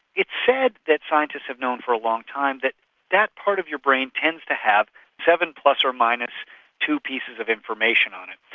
said that scientists have known for a long time that that part of your brain tends to have seven plus or minus two pieces of information on it,